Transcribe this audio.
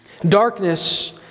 Darkness